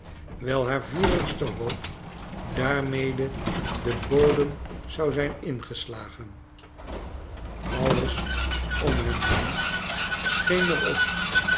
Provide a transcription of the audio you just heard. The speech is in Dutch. wijl haar vurigste hoop daa rmede den bodem zou zijn ingeslagen alles om hem heen scheen er